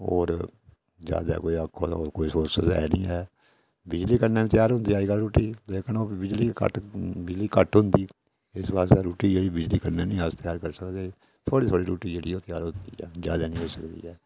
होर ज्यादा कोई आक्खो तां कोई सोर्स ते ऐ नीं बिजली कन्नै बी त्यार होंदी अजकल रुट्टी लेकिन ओह् बिजली घट्ट होंदी इस आस्तै रुट्टी अस बिजली कन्नै नीं त्यार करी सकनेआं थोह्ड़ी थोह्ड़ी रुट्टी जेह्ड़ी त्यार होंदी ऐ ज्यादै नी होई सकदी